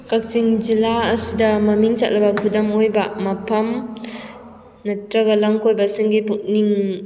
ꯀꯛꯆꯤꯡ ꯖꯤꯜꯂꯥ ꯑꯁꯤꯗ ꯃꯃꯤꯡ ꯆꯠꯂꯕ ꯈꯨꯗꯝ ꯑꯣꯏꯕ ꯃꯐꯝ ꯅꯠꯇ꯭ꯔꯒ ꯂꯝ ꯀꯣꯏꯕꯁꯤꯡꯒꯤ ꯄꯨꯛꯅꯤꯡ